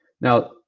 Now